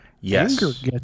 yes